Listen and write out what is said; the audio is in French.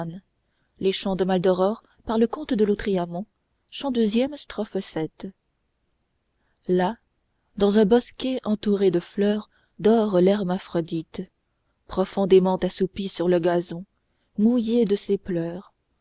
là dans un bosquet entouré de fleurs dort l'hermaphrodite profondément assoupi sur le gazon mouillé de ses pleurs